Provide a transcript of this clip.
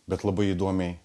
bet labai įdomiai